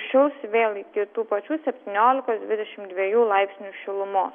šils vėl iki tų pačių septyniolikos dvidešim dviejų laipsnių šilumos